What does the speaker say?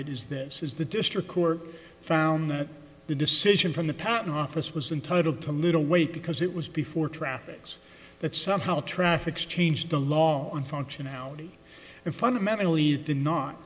it is this is the district court found that the decision from the patent office was entitle to little weight because it was before traffics that somehow traffic's changed the law on functionality and fundamentally the not